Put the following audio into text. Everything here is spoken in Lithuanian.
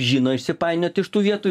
žino išsipainiot iš tų vietų